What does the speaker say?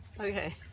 Okay